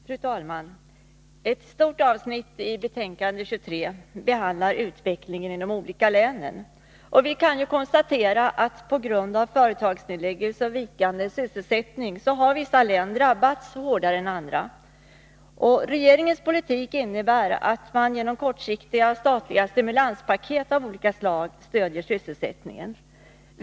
Fru talman! Ett stort avsnitt i betänkande 23 behandlar utvecklingen i de olika länen. Vi kan konstatera att vissa län har drabbats hårdare än andra på grund av företagsnedläggningar och vikande sysselsättning. Regeringens politik innebär att den genom kortsiktiga statliga stimulanspaket av olika slag stöder sysselsättningen.